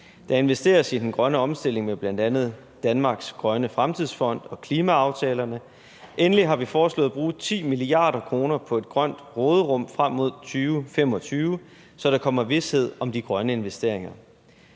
Der investeres i den grønne omstilling med bl.a. Danmarks Grønne Fremtidsfond og klimaaftalerne, og endelig har vi foreslået at bruge 10 mia. kr. på et grønt råderum frem mod 2025, så der kommer vished om de grønne investeringer.